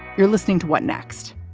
you're listening to what next?